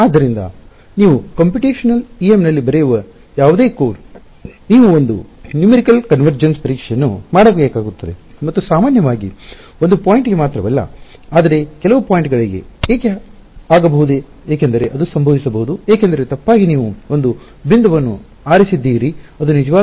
ಆದ್ದರಿಂದ ನೀವು computational em ನಲ್ಲಿ ಬರೆಯುವ ಯಾವುದೇ ಕೋಡ್ ನೀವು ಒಂದು ಸಂಖ್ಯಾತ್ಮಕ ಒಮ್ಮುಖ ನ್ಯುಮಿರಿಕಲ್ ಕನ್ವರ್ಜನ್ಸ ಪರೀಕ್ಷೆಯನ್ನು ಮಾಡಬೇಕಾಗಿತ್ತು ಮತ್ತು ಸಾಮಾನ್ಯವಾಗಿ ಒಂದು ಬಿಂದು ಪಾಯಿಂಟ್ ಗೆ ಮಾತ್ರವಲ್ಲ ಆದರೆ ಕೆಲವು ಪಾಯಿಂಟಗಳಿಗೆ ನೋಡಬೇಕು ಎಕೆಂದರೆ ಬಿಂದುವನ್ನು ತಪ್ಪಾಗಿ ಆರಿಸಿರಬಹುದು ತಿಳಿಯದೇ ಫೀಲ್ಡ್ ನೋಡ ಆರಿಸಿರಬಹುದು